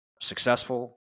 successful